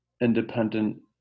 independent